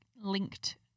linked